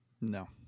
No